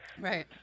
Right